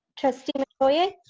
trustee metoyer.